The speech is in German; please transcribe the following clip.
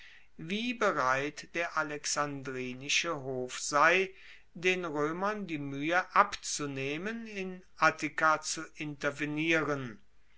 wie bereit der alexandrinische hof sei den roemern die muehe abzunehmen in attika zu intervenieren